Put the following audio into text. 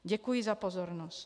Děkuji za pozornost.